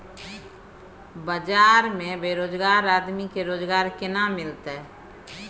गांव में बेरोजगार आदमी के रोजगार केना मिलते?